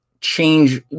change